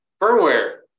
Firmware